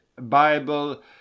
Bible